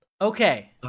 Okay